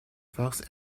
forces